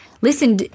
Listen